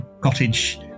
cottage